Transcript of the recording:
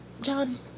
John